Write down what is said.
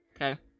okay